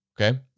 Okay